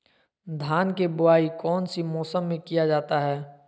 धान के बोआई कौन सी मौसम में किया जाता है?